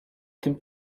tym